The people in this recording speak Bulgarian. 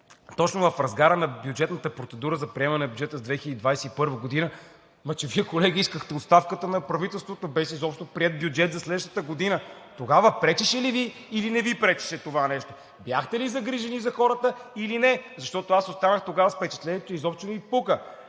точно в разгара на бюджетната процедура за приемане на бюджета за 2021 г. обаче Вие, колеги, искахте оставката на правителството без изобщо приет бюджет за следващата година! Тогава пречеше ли, или не Ви пречеше това нещо? Бяхте ли загрижени за хората или не? Защото тогава останах с впечатлението, че изобщо не Ви пука.